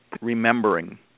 remembering